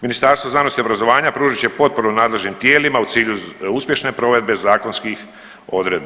Ministarstvo znanosti i obrazovanja pružit će potporu nadležnim tijelima u cilju uspješne provedbe zakonskih odredbi.